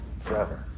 forever